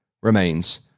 remains